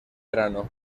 verano